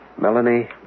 Melanie